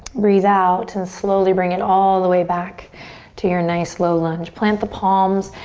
breathe out and slowly bring it all the way back to your nice low lunge. plant the palms,